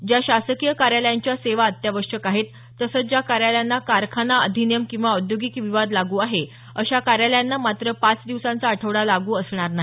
ज्या शासकीय कार्यालयांच्या सेवा अत्यावश्यक आहेत तसंच ज्या कार्यालयांना कारखाना अधिनियम किंवा औद्योगिक विवाद लागू आहे अशा कार्यालयांना मात्र पाच दिवसांचा आठवडा लागू असणार नाही